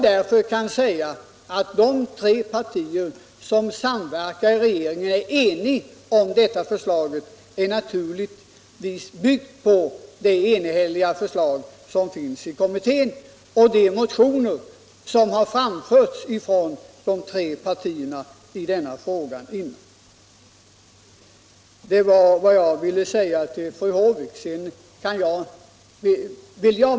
När jag säger att de tre partier som samverkar i regeringen är eniga om detta förslag är det naturligtvis byggt på det enhälliga förslag som finns i kommittén och de motioner som under åren har framförts från de tre partierna i denna fråga. Det var vad jag ville säga till fru Håvik på denna punkt.